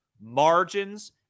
margins